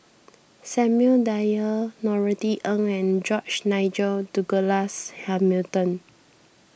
Samuel Dyer Norothy Ng and George Nigel Douglas Hamilton